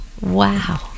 wow